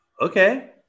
okay